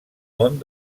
món